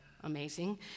Amazing